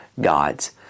God's